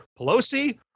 Pelosi